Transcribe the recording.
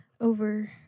over